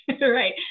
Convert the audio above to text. right